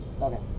Okay